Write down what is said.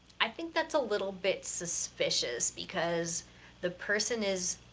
i think that's a little bit suspicious, because the person is,